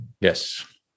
Yes